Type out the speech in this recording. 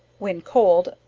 when cold,